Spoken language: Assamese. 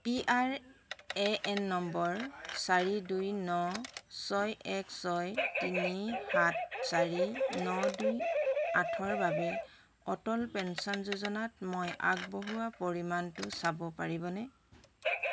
P R A N number চাৰি দুই ন ছয় এক ছয় তিনি সাত চাৰি ন দুই আঠৰ বাবে অটল পেঞ্চন যোজনাত মই আগবঢ়োৱা পৰিমাণটো চাব পাৰিবনে